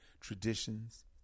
traditions